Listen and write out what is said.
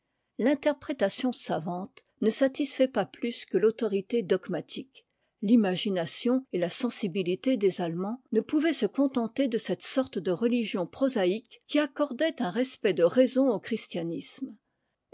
l'interprétation savante ne satisfait pas plus que l'autorité dogmatique l'imagination et la sensibilité des allemands ne pouvaient se contenter de cette sorte de religion prosaïque qui accordait un respect de raison au christianisme